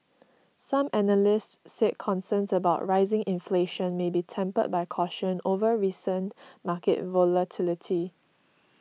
some analysts said concerns about rising inflation may be tempered by caution over recent market volatility